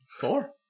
Four